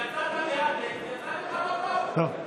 הגזענות, כל סוגי הגזענות, טוב.